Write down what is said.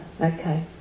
okay